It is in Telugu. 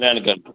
దానికి కట్టు